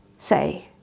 say